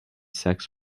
sex